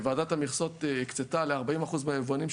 שוועדת המכסות הקצתה ל-40% מהיבואנים,